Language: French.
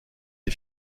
est